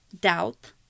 Doubt